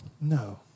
No